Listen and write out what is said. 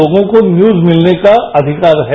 लोगों को न्यूज मिलने का अधिकार है